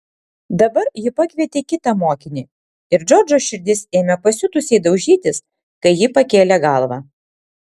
dabar ji pakvietė kitą mokinį ir džordžo širdis ėmė pasiutusiai daužytis kai ji pakėlė galvą